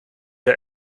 der